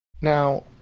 Now